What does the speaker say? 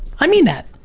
i mean that.